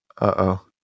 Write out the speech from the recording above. Uh-oh